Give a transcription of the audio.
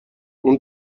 اون